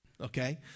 okay